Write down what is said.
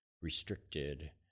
restricted